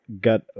got